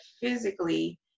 physically